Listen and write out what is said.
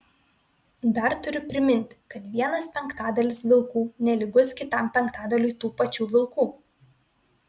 dar turiu priminti kad vienas penktadalis vilkų nelygus kitam penktadaliui tų pačių vilkų